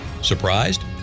Surprised